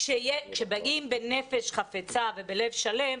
כשבאים בנפש חפצה ובלב שלם,